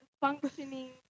functioning